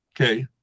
Okay